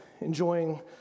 enjoying